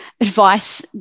advice